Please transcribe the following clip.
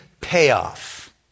payoff